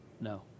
No